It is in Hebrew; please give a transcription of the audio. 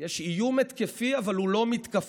יש איום התקפי אבל הוא לא מתקפתי.